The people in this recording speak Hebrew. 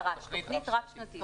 תכנית רב שנתית.